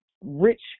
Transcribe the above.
rich